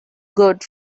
good